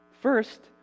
First